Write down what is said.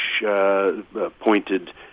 pointed